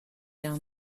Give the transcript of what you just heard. down